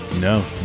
no